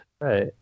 right